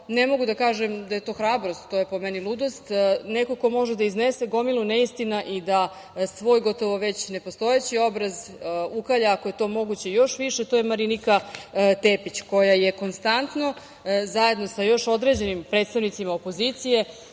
ne mogu da kažem da je to hrabrost, to je po meni ludost, neko ko može da iznese gomilu neistina i da svoj gotovo već nepostojeći obraz ukalja ako je to moguće još više, to je Marinika Tepić koja je konstantno zajedno sa još određenim predstavnicima opozicije